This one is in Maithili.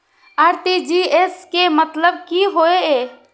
आर.टी.जी.एस के मतलब की होय ये?